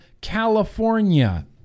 California